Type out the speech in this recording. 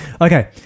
Okay